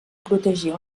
protegir